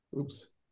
oops